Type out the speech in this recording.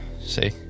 See